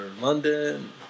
London